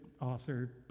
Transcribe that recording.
author